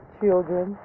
children